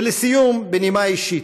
ולסיום, בנימה אישית,